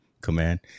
command